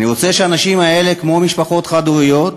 אני רוצה שהאנשים האלה, כמו משפחות חד-הוריות,